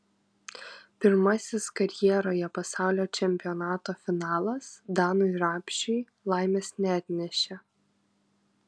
pirmasis karjeroje pasaulio čempionato finalas danui rapšiui laimės neatnešė